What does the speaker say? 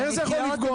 איך זה יכול לפגוע?